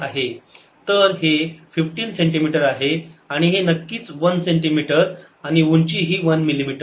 तर हे 15 सेंटीमीटर आहे आणि हे नक्कीच 1 सेंटीमीटर आणि उंची ही 1 मिलिमीटर